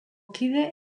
kide